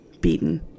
beaten